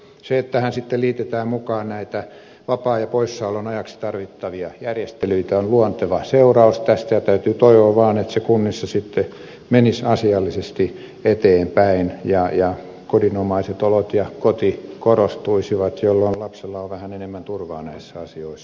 se että tähän sitten liitetään mukaan näitä vapaan ja poissaolon ajaksi tarvittavia järjestelyitä on luonteva seuraus tästä ja täytyy toivoa vaan että se kunnissa sitten menisi asiallisesti eteenpäin ja kodinomaiset olot ja koti korostuisivat jolloin lapsella on vähän enemmän turvaa näissä asioissa